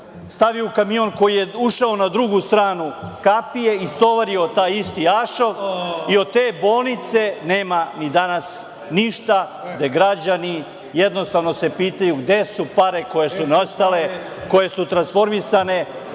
stavio u kamion koji je ušao na drugu stranu kapije, istovario taj isti ašov i od te bolnice nema ni danas ništa. Građani se jednostavno pitaju gde su pare koje su nestale, koje su transformisane